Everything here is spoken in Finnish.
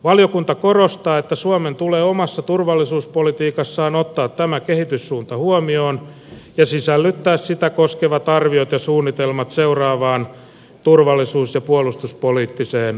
valiokunta korostaa että suomen tulee omassa turvallisuuspolitiikassaan ottaa tämä kehityssuunta huomioon ja sisällyttää sitä koskevat arviot ja suunnitelmat seuraavaan turvallisuus ja puolustuspoliittiseen selontekoon